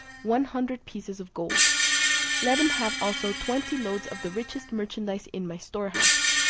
one hundred pieces of gold let him have also twenty loads of the richest merchandize in my storehouses,